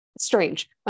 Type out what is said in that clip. strange